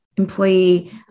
employee